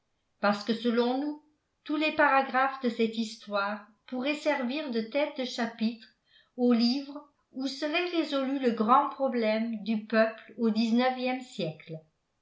parce que selon nous tous les paragraphes de cette histoire pourraient servir de têtes de chapitre au livre où serait résolu le grand problème du peuple au dix-neuvième siècle